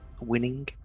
winning